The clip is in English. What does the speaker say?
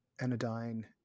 anodyne